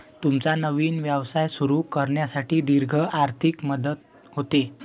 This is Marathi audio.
तुमचा नवीन व्यवसाय सुरू करण्यासाठी दीर्घ आर्थिक मदत होते